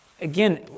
Again